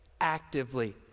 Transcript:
actively